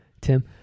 Tim